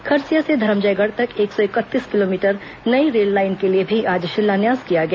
खरसिया से धरमजयगढ़ तक एक सौ इकतीस किलोमीटर नई रेललाइन के लिए भी आज शिलान्यास किया गया